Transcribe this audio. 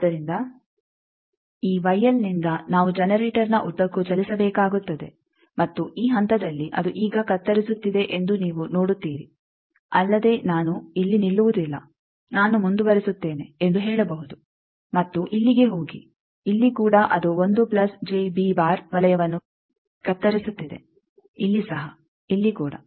ಆದ್ದರಿಂದ ಈ ನಿಂದ ನಾವು ಜನರೇಟರ್ನ ಉದ್ದಕ್ಕೂ ಚಲಿಸಬೇಕಾಗುತ್ತದೆ ಮತ್ತು ಈ ಹಂತದಲ್ಲಿ ಅದು ಈಗ ಕತ್ತರಿಸುತ್ತಿದೆ ಎಂದು ನೀವು ನೋಡುತ್ತೀರಿ ಅಲ್ಲದೆ ನಾನು ಇಲ್ಲಿ ನಿಲ್ಲುವುದಿಲ್ಲ ನಾನು ಮುಂದುವರೆಸುತ್ತೇನೆ ಎಂದು ಹೇಳಬಹುದು ಮತ್ತು ಇಲ್ಲಿಗೆ ಹೋಗಿ ಇಲ್ಲಿ ಕೂಡ ಅದು ವಲಯವನ್ನು ಕತ್ತರಿಸುತ್ತಿದೆ ಇಲ್ಲಿ ಸಹ ಇಲ್ಲಿ ಕೂಡ